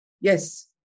Yes